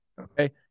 okay